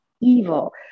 evil